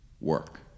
work